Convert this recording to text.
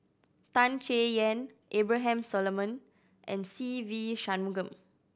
Tan Chay Yan Abraham Solomon and Se Ve Shanmugam